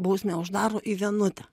bausmė uždaro į vienutę